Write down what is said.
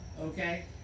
okay